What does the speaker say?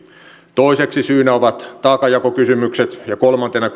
toiseksi syynä ovat taakanjakokysymykset ja kolmantena